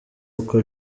uko